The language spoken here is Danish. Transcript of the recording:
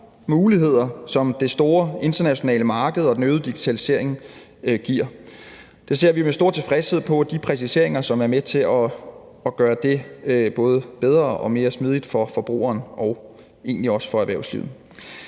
muligheder, som det store internationale marked og den øgede digitalisering giver. Vi ser med stor tilfredshed på de præciseringer, som er med til at gøre det både bedre og mere smidigt for forbrugeren og egentlig også for erhvervslivet.